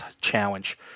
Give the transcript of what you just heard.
challenge